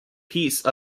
piece